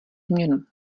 změnu